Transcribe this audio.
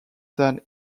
than